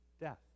death